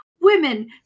women